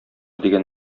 дигән